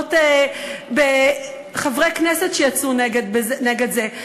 נלחמות בחברי כנסת שיצאו נגד זה.